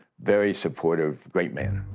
very supportive, great man.